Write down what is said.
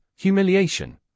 humiliation